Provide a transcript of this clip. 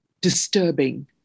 disturbing